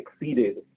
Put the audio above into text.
exceeded